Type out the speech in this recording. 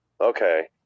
Okay